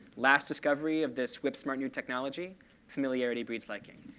last discovery of this whip-smart new technology familiarity breeds liking.